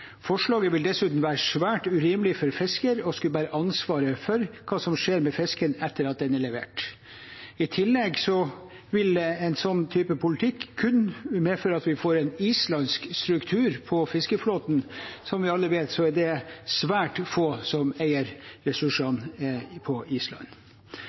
Forslaget vil dessuten være svært urimelig for fiskeren – å skulle bære ansvaret for hva som skjer med fisken etter at den er levert. I tillegg vil en sånn type politikk kunne medføre at vi får en islandsk struktur på fiskeflåten. Som vi alle vet, er det svært få som eier ressursene på Island.